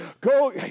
Go